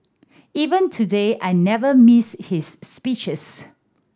even today I never miss his speeches